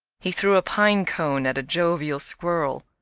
he threw a pine cone at a jovial squirrel,